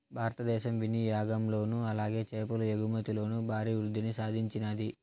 భారతదేశం వినియాగంలోను అలాగే చేపల ఎగుమతిలోను భారీ వృద్దిని సాధించినాది